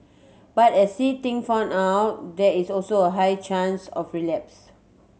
but as See Ting found out there is also a high chance of relapse